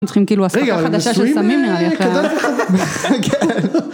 צריכים כאילו אספקה חדשה של סמים.